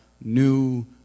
new